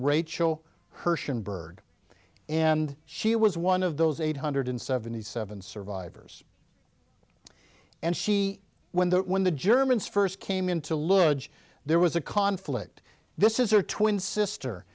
hershon bird and she was one of those eight hundred seventy seven survivors and she when that when the germans first came into luge there was a conflict this is her twin sister